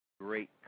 great